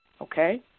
okay